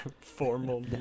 Formal